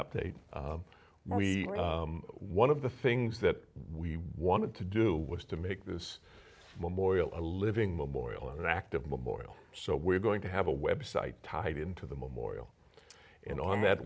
update we one of the things that we wanted to do was to make this memorial a living memorial and active memorial so we're going to have a web site tied into the memorial and on that